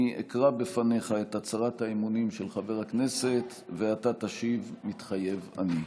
אני אקרא בפניך את הצהרת האמונים של חבר הכנסת ואתה תשיב "מתחייב אני".